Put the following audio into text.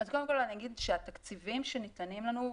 אז קודם כל אני אגיד שהתקציבים שניתנים לנו,